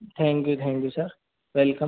thank you thank you sir welcome